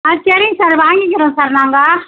ஆ சரிங்க சார் வாங்கிக்கிறோம் சார் நாங்கள்